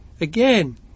again